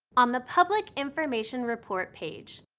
on the public information report page,